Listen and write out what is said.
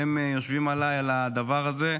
שהם יושבים עליי על הדבר הזה,